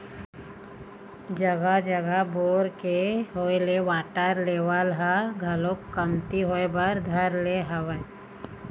जघा जघा बोर के होय ले वाटर लेवल ह घलोक कमती होय बर धर ले हवय